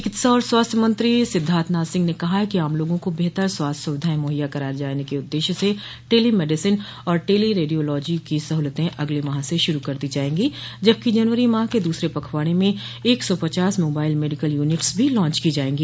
चिकित्सा और स्वास्थ्य मंत्री सिद्धार्थनाथ सिंह ने कहा है कि आम लोगों को बेहतर स्वास्थ्य सुविधाएं मुहैया कराये जाने के उद्देश्य से टेली मेडिसिन और टेली रेडियोलॉजी की सह्लते अगले माह से शुरू कर दी जायेंगी जबकि जनवरी माह के दूसरे पखवाड़े में एक सौ पचास मोबाइल मेडिकल यूनिटस भी लांच की जायेंगी